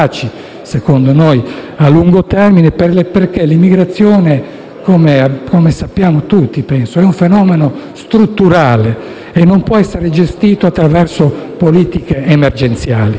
efficaci a lungo termine, perché l'immigrazione, come penso sappiamo tutti, è un fenomeno strutturale e non può essere gestito attraverso politiche emergenziali.